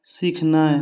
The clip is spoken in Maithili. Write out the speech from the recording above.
सीखनाइ